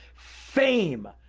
fame!